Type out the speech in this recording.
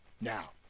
Now